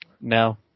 No